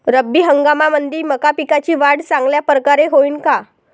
रब्बी हंगामामंदी मका पिकाची वाढ चांगल्या परकारे होईन का?